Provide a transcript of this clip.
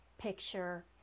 picture